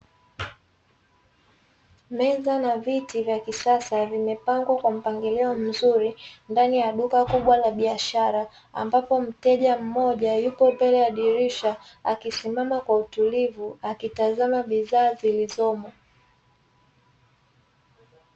Meza na viti vya kisasa zimepangiliwa kwa mpangilio mzuri, ndani ya duka kubwa la biashara, ambapo mteja mmoja yupo mbele ya dirisha, akisimama kwa utulivu, akitazama bidhaa zilizomo.